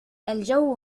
الجو